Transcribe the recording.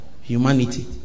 humanity